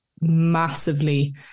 massively